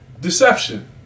deception